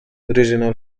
original